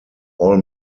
all